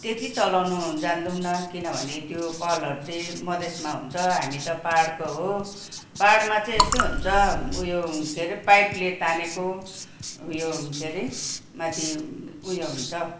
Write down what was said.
त्यति चलाउन जान्दैनौँ किनभने त्यो कलहरू चाहिँ मधेसमा हुन्छ हामी त पाहाडको हो पाहाडमा चाहिँ यस्तै हुन्छ उयो के अरे पाइपले तानेको उयो के अरे माथि उयो हुन्छ